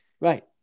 right